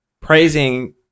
praising